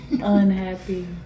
unhappy